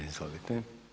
Izvolite.